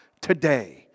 today